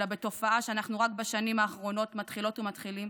אלא בתופעה שרק בשנים האחרונות אנחנו מתחילות ומתחילים